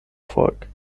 volk